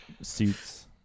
suits